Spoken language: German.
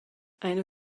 eine